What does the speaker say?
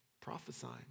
prophesying